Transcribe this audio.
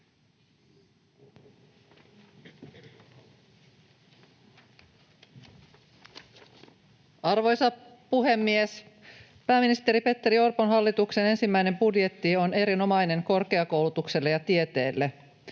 Arvoisa puhemies! Pääministeri Petteri Orpon hallituksen ensimmäinen budjetti on erinomainen korkeakoulutukselle ja tieteelle.